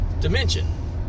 dimension